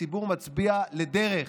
הציבור מצביע לדרך,